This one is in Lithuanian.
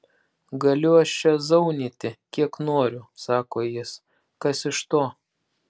galiu aš čia zaunyti kiek noriu sako jis kas iš to